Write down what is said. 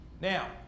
Now